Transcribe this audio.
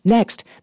Next